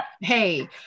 hey